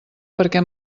perquè